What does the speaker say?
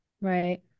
Right